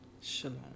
Shalom